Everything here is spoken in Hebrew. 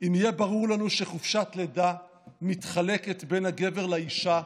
אם יהיה ברור לנו שחופשת לידה מתחלקת בין הגבר לאישה,